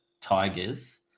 Tigers